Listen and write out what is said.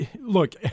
Look